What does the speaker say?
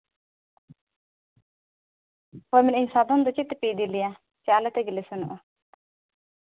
ᱦᱳᱭ ᱢᱮᱱᱮᱜ ᱤᱧ ᱥᱟᱫᱚᱢ ᱫᱚ ᱪᱮᱫ ᱛᱮᱯᱮ ᱤᱫᱤ ᱞᱮᱭᱟ ᱥᱮ ᱟᱞᱮ ᱛᱮᱜᱮ ᱞᱮ ᱥᱮᱱᱚᱜᱼᱟ